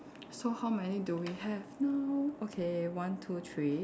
so how many do we have now okay one two three